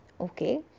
Okay